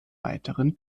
weiteren